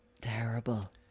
Terrible